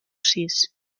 sis